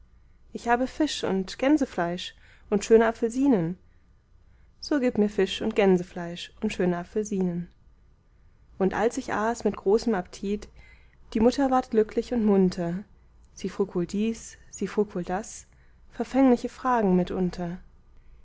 ich habe fisch und gänsefleisch und schöne apfelsinen so gib mir fisch und gänsefleisch und schöne apfelsinen und als ich aß mit großem app'tit die mutter ward glücklich und munter sie frug wohl dies sie frug wohl das verfängliche fragen mitunter